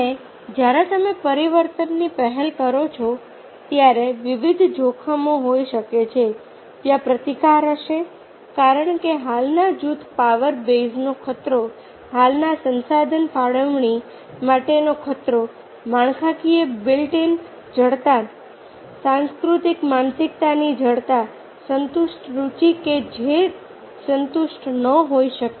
અને જ્યારે તમે પરિવર્તનની પહેલ કરો છો ત્યારે વિવિધ જોખમો હોઈ શકે છે ત્યાં પ્રતિકાર હશે કારણ કે હાલના જૂથ પાવર બેઝનો ખતરો હાલના સંસાધન ફાળવણી માટેનો ખતરો માળખાકીય બિલ્ટ ઇન જડતા સાંસ્કૃતિક માનસિકતાની જડતા સંતુષ્ટ રુચિ કે જે સંતુષ્ટ ન હોઈ શકે